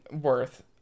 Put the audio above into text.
worth